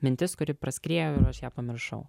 mintis kuri praskriejo iš aš ją pamiršau